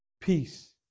peace